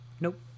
Nope